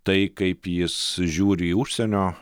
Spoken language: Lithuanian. tai kaip jis žiūri į užsienio